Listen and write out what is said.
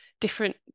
different